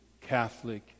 Catholic